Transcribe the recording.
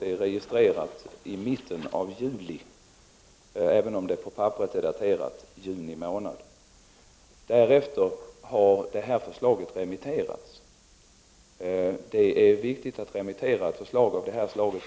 Det är registrerat den 19 juli, även om det på papperet är daterat juni månad. Därefter har förslaget remitterats. Det är viktigt att remittera förslag av det här slaget.